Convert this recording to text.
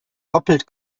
doppelt